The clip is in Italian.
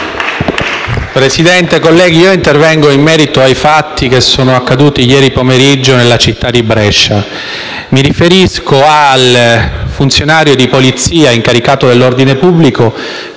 Presidente, colleghi, intervengo in merito ai fatti accaduti ieri pomeriggio nella città di Brescia. Mi riferisco al funzionario di polizia incaricato di mantenere l'ordine pubblico,